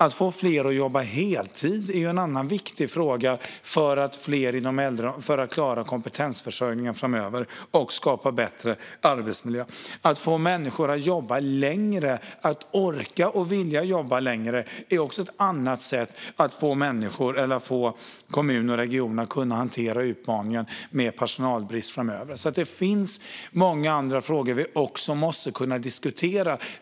Att få fler att jobba heltid är en annan viktig fråga för att klara kompetensförsörjningen framöver och skapa bättre arbetsmiljö. Att få människor att jobba längre, att orka och vilja jobba längre, är också ett annat sätt att få kommuner och regioner att kunna hantera utmaningen med personalbrist framöver. Det finns alltså många andra frågor som vi också måste kunna diskutera.